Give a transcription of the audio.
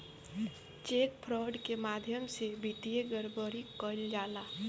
check fraud के माध्यम से वित्तीय गड़बड़ी कईल जाला